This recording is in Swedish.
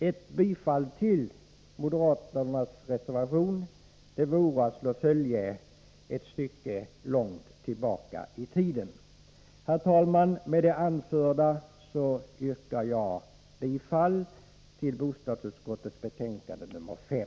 Ett bifall till moderaternas reservation vore att slå följe ett stycke långt tillbaka i tiden. Herr talman! Med det anförda yrkar jag bifall till hemställan i bostadsutskottets betänkande nr 5.